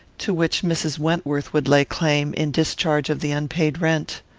to which mrs. wentworth would lay claim, in discharge of the unpaid rent.